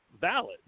valid